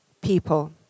people